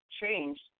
changed